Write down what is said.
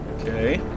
Okay